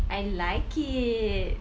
I like it